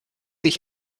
ich